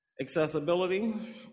Accessibility